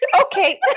Okay